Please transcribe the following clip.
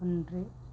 ஒன்று